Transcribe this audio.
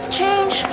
change